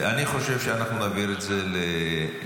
אני חושב שאנחנו נעביר את זה לכלכלה.